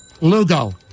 Lugo